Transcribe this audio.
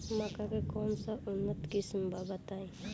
मक्का के कौन सा उन्नत किस्म बा बताई?